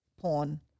porn